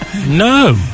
No